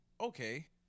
Okay